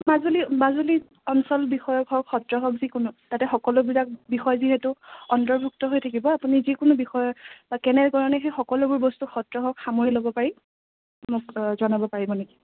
মাজুলীত মাজুলীত অঞ্চল বিষয়ক হওক সত্ৰ হওক যিকোনো তাতে সকলোবিলাক বিষয় যিহেতু অন্তৰ্ভুক্ত হৈ থাকিব আপুনি যিকোনো বিষয় বা কেনেধৰণে সেই সকলোবোৰ বস্তু সত্ৰসহ সামৰি ল'ব পাৰিম মোক জনাব পাৰিব নেকি